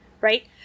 Right